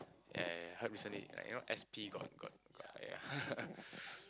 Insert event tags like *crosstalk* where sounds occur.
yeah yeah yeah I heard recently like you know S_P got got yeah yeah *laughs*